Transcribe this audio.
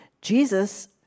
Jesus